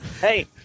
hey